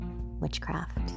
witchcraft